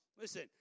Listen